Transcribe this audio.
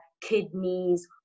kidneys